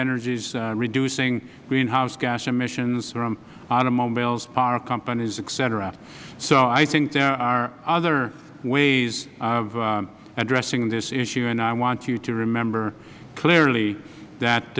energy is reducing greenhouse gas emissions from automobiles power companies et cetera i think there are other ways of addressing this issue and i want you to remember clearly that